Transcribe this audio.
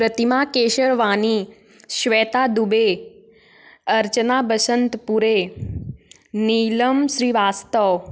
प्रतिमा केशरवानी श्वेता दुबे अर्चना बसंत पुरे नीलम श्रीवास्तव